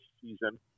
season